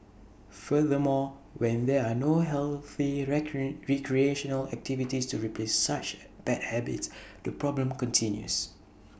furthermore when there are no healthy recreational activities to replace such bad habits the problem continues